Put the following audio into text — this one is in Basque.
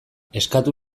eskatu